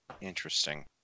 Interesting